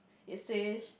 it says